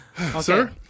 Sir